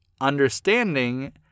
understanding